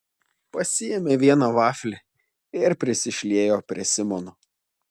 pasiėmė vieną vaflį ir prisišliejo prie simono